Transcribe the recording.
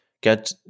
get